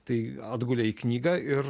tai atgulė į knygą ir